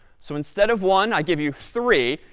so instead of one, i give you three,